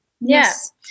Yes